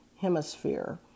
hemisphere